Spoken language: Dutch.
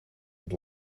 het